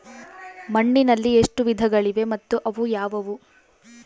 ಮಣ್ಣಿನಲ್ಲಿ ಎಷ್ಟು ವಿಧಗಳಿವೆ ಮತ್ತು ಅವು ಯಾವುವು?